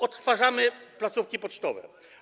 Odtwarzamy placówki pocztowe.